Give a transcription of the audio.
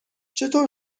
چطور